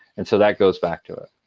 and so that goes back to it.